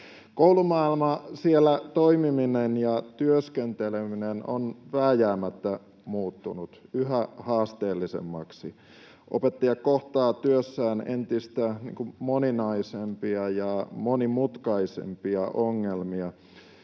Koulumaailma, siellä toiminimen ja työskenteleminen, on vääjäämättä muuttunut yhä haasteellisemmaksi. Opettajat kohtaavat työssään entistä moninaisempia ja monimutkaisempia ongelmia,